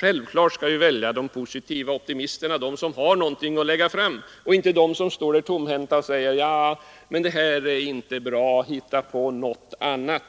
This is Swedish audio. Självklart skall vi välja de positiva, optimisterna, de som har någonting att lägga fram och inte dem som står tomhänta och säger: ”Nja, det här är inte bra, hitta på något annat.”